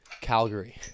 Calgary